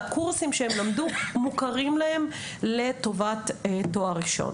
והקורסים שהם למדו מוכרים לטובת תואר ראשון.